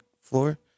floor